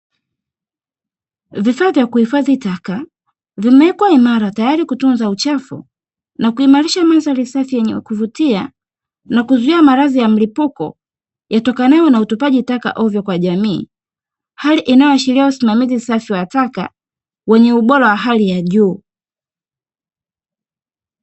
Vifaa vya kuhifadhi taka vimewekwa imara tayari kutunza uchafu na kuimarisha mandhari safi yenye kuvutia na kuzuia maradhi ya mlipuko yatokanayo na utupaji taka ovyo kwa jamii. Hali inayoashiria usimamizi safi wa taka wenye ubora wa hali ya juu.